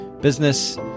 business